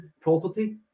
property